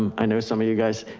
um i know some of you guys,